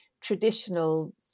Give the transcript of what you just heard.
traditional